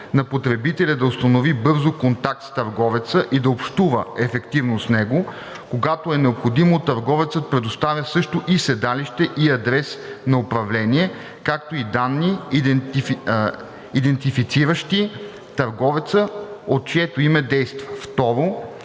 на потребителя да установи бързо контакт с търговеца и да общува ефективно с него; когато е необходимо, търговецът предоставя също и седалище и адрес на управление, както и данни, идентифициращи търговеца, от чието име действа;“.